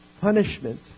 punishment